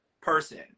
person